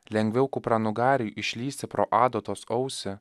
lengviau kupranugariui išlįsti pro adatos ausį